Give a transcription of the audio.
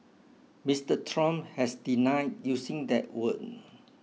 Mister Trump has denied using that word